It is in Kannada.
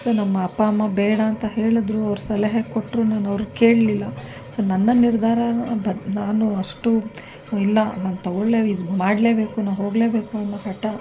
ಸೊ ನಮ್ಮ ಅಪ್ಪ ಅಮ್ಮ ಬೇಡ ಅಂತ ಹೇಳಿದರು ಅವ್ರು ಸಲಹೆ ಕೊಟ್ಟರೂನು ನಾನು ಅವ್ರನ್ನ ಕೇಳಲಿಲ್ಲ ಸೊ ನನ್ನ ನಿರ್ಧಾರನ ಅದು ನಾನು ಅಷ್ಟು ಇಲ್ಲ ನಾನು ತಗೊಳ್ಳೇ ಇದು ಮಾಡಲೇ ಬೇಕು ನಾನು ಹೋಗಲೇಬೇಕು ಅನ್ನೋ ಹಠ